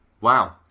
Wow